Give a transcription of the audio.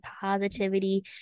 positivity